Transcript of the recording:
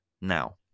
Now